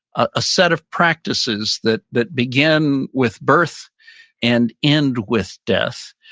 a set of practices that that began with birth and end with death,